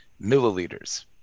milliliters